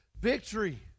victory